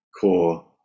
core